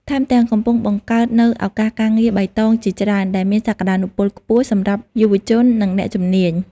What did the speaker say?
ថែមទាំងកំពុងបង្កើតនូវឱកាសការងារបៃតងជាច្រើន ដែលមានសក្តានុពលខ្ពស់សម្រាប់យុវជន និងអ្នកជំនាញ។